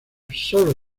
sólo